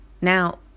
Now